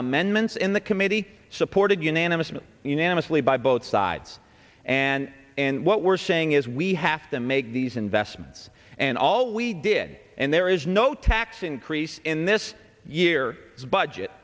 amendments in the committee supported unanimously unanimously by both sides and and what we're saying is we have to make these investments and all we did and there is no x increase in this year budget